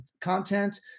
content